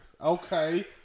Okay